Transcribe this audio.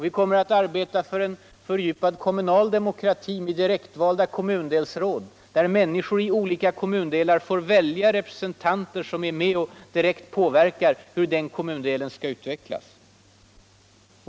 Vi kommer att arbeta för en fördjupad kommunal demokrati med direktvalda kommundelsråd, där människor i olika kommundelar får villja representanter, som är med och direkt påverkar hur den kommundelen skall utvecklas.